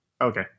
Okay